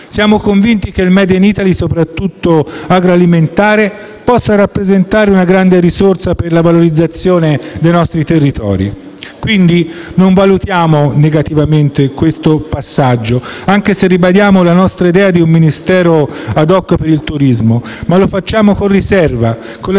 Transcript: Siamo convinti che il *made in Italy*, soprattutto quello agroalimentare, possa rappresentare una grande risorsa per la valorizzazione dei nostri territori. Pertanto, non valutiamo negativamente questo passaggio, anche se ribadiamo la nostra idea di un Ministero *ad hoc* per il turismo, ma lo facciamo con riserva, con la